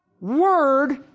word